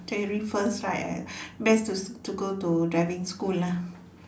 theory first right best to go to driving school lah